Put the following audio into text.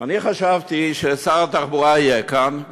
אני חשבתי ששר התחבורה יהיה כאן,